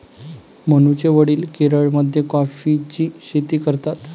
मनूचे वडील केरळमध्ये कॉफीची शेती करतात